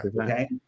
okay